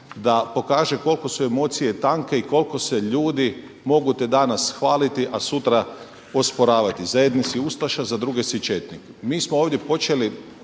da pokaže koliko su emocije tanke i koliko se ljudi, mogu te danas hvaliti, a sutra osporavati. Za jedne si ustaša, za druge si četnik.